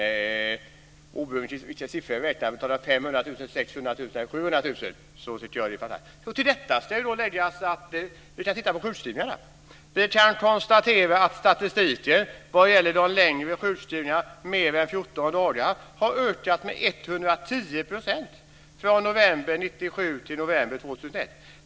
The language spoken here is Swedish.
Oavsett vilka siffror man räknar med - 500 000, 600 000 eller 700 000 - så tycker jag det är fantastiskt. Till detta ska då läggas sjukskrivningarna. Det kan konstateras av statistiken att de längre sjukskrivningarna, mer än 14 dagar, har ökat med 110 % från november 1997 till november 2001.